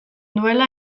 duela